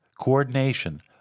coordination